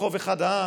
ברחוב אחד העם,